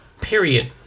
Period